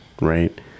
right